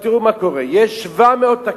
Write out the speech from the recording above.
עכשיו, תראו מה קורה: יש 700 תקנות,